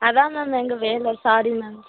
அதான் மேம் எங்கள் வேலை சாரி மேம்